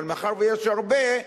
אבל מאחר שיש הרבה,